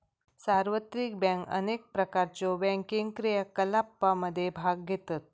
सार्वत्रिक बँक अनेक प्रकारच्यो बँकिंग क्रियाकलापांमध्ये भाग घेतत